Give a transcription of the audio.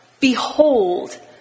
behold